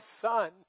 son